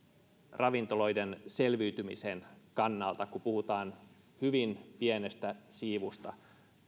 ravintoloiden selviytymisen kannalta kun puhutaan hyvin pienestä siivusta